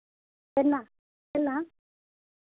छेना छेना